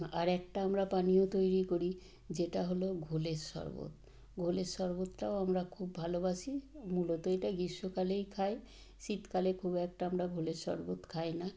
আরেকটা আমরা পানীয় তৈরি করি যেটা হল ঘোলের শরবত ঘোলের শরবতটাও আমরা খুব ভালোবাসি মূলত এটা গীষ্মকালেই খাই শীতকালে খুব একটা আমরা ঘোলের শরবত খাই না